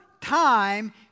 time